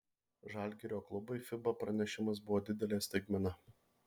žalgirio klubui fiba pranešimas buvo didelė staigmena